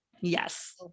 yes